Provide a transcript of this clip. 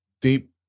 deep